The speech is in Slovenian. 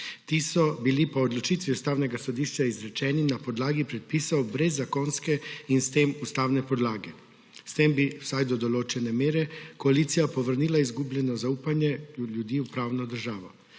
Ti so bili po odločitvi Ustavnega sodišča izrečeni na podlagi predpisov brez zakonske in s tem ustavne podlage. S tem bi vsaj do določene mere koalicija povrnila izgubljeno zaupanje ljudi v pravno državo.